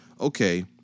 okay